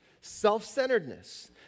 Self-centeredness